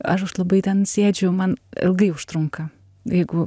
aš aš labai ten sėdžiu man ilgai užtrunka jeigu